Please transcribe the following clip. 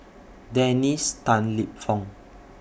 Dennis Tan Lip Fong